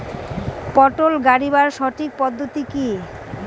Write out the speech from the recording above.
পটল গারিবার সঠিক পদ্ধতি কি?